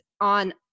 on